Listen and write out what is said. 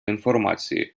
інформації